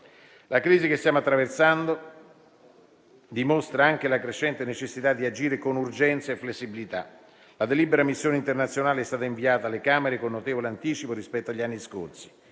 Le crisi che stiamo attraversando dimostrano anche la crescente necessità di agire con urgenza e flessibilità. La delibera missioni internazionali è stata inviata alle Camere con notevole anticipo rispetto agli anni scorsi